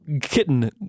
Kitten